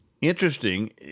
interesting